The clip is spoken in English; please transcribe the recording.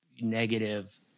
negative